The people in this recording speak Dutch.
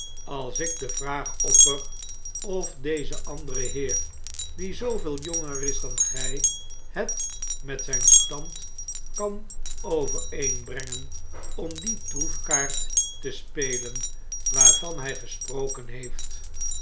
als ik de vraag opper of deze andere heer die zooveel jonger is dan gij het met zijn stand kan overeenbrengen om die troefkaart te spelen waarvan hy gesproken heeft